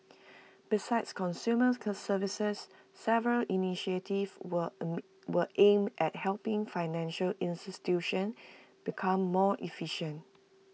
besides consumer services several initiatives were were aimed at helping financial institutions become more efficient